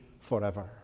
forever